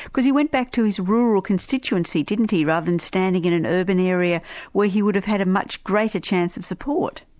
because he went back to his rural constituency, didn't he, rather than stand again in an urban area where he would have had a much greater chance of support.